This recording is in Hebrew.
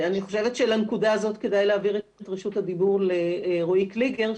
אני חושבת שלנקודה הזאת כדאי להעביר את רשות הדיבור לרואי קליגר,